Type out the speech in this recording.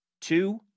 two